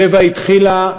"טבע" התחילה,